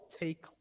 take